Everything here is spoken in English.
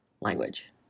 language